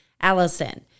Allison